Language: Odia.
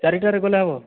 ଚାରିଟାରେ ଗଲେ ହେବ